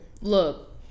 Look